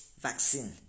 vaccine